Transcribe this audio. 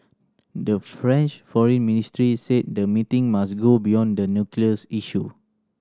the French Foreign Ministry said the meeting must go beyond the nuclear issue